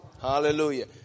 Hallelujah